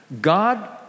God